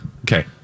Okay